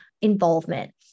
involvement